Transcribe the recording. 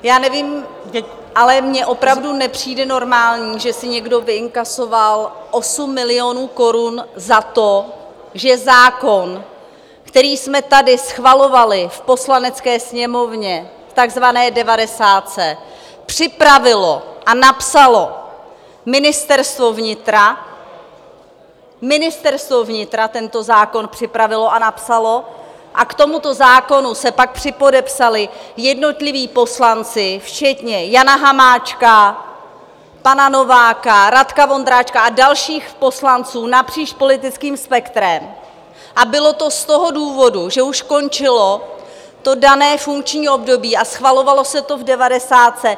Já nevím, ale mně opravdu nepřijde normální, že si někdo vyinkasoval 8 milionů korun za to, že zákon, který jsme tady schvalovali v Poslanecké sněmovně v takzvané devadesátce, připravilo a napsalo Ministerstvo vnitra, Ministerstvo vnitra tento zákon připravilo a napsalo, a k tomuto zákonu se pak připodepsali jednotliví poslanci, včetně Jana Hamáčka, pana Nováka, Radka Vondráčka a dalších poslanců napříč politickým spektrem, a bylo to z toho důvodu, že už končilo dané funkční období a schvalovalo se to v devadesátce.